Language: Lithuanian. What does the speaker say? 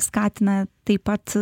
skatina taip pat